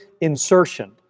insertion